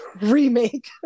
remake